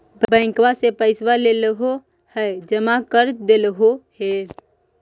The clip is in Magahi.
बैंकवा से पैसवा लेलहो है जमा कर देलहो हे?